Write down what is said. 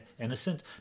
innocent